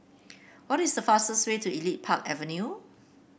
what is the fastest way to Elite Park Avenue